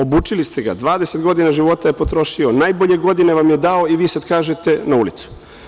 Obučili ste ga, 20 godina života je potrošio, najbolje godine vam je dao i vi sada kažete – Na ulicu.